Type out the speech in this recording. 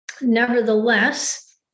Nevertheless